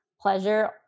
pleasure